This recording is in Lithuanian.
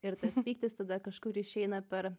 ir tas pyktis tada kažkur išeina per